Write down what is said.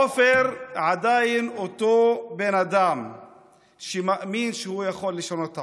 עופר עדיין אותו בן אדם שמאמין שהוא יכול לשנות העולם,